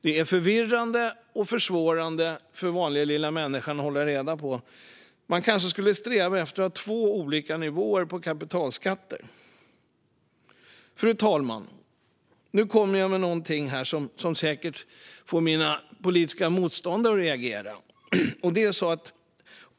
Det är förvirrande och försvårande för den vanliga lilla människan att hålla reda på detta. Man kanske skulle sträva efter att ha två olika nivåer på kapitalskatter. Fru talman! Nu kommer jag med någonting som säkert får mina politiska motståndare att reagera.